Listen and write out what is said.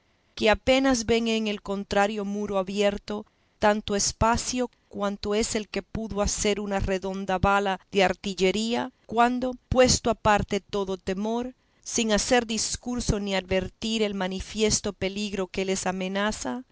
que apenas veen en el contrario muro abierto tanto espacio cuanto es el que pudo hacer una redonda bala de artillería cuando puesto aparte todo temor sin hacer discurso ni advertir al manifiesto peligro que les amenaza